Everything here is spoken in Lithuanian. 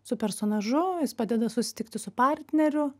su personažu jis padeda susitikti su partneriu